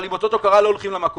אבל עם אותות הוקרה לא הולכים למכולת.